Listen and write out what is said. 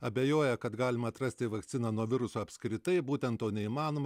abejoja kad galima atrasti vakciną nuo viruso apskritai būtent to neįmanoma